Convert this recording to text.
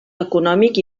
econòmic